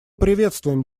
приветствуем